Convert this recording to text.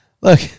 look